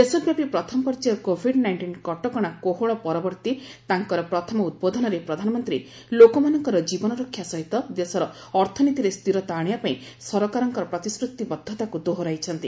ଦେଶବ୍ୟାପି ପ୍ରଥମ ପର୍ଯ୍ୟାୟ କୋଭିଡ୍ ନାଇଂଟିନ୍ କଟକଣା କୋହଳ ପରବର୍ତି ତାଙ୍କର ପ୍ରଥମ ଉଦ୍ବୋଧନରେ ପ୍ରଧାନମନ୍ତ୍ରୀ ଲୋକମାନଙ୍କର କୀବନରକ୍ଷା ସହିତ ଦେଶର ଅର୍ଥନୀତିରେ ସ୍ଥିରତା ଆଣିବା ପାଇଁ ସରକାରଙ୍କ ପ୍ରତିଶ୍ରତିବଦ୍ଧତାକୁ ଦୋହରାଇଛନ୍ତି